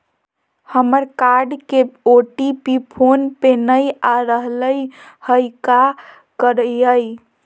हमर कार्ड के OTP phone पे नई आ रहलई हई, का करयई?